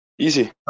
easy